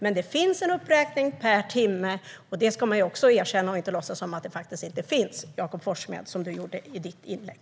Men det finns alltså en uppräkning per timme, och det ska man erkänna, Jakob Forssmed, och inte låtsas som om det inte finns, som du gjorde i ditt inlägg.